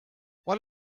what